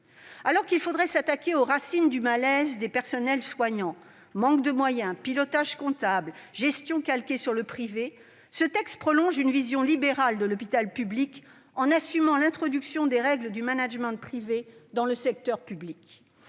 Alors qu'il faudrait s'attaquer aux racines du malaise des personnels soignants- manque de moyens, pilotage comptable, gestion calquée sur le privé -, ce texte prolonge une vision libérale de l'hôpital public en assumant l'introduction des règles du management privé dans le secteur public.